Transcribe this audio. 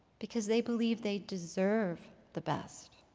because they believe they deserve the best.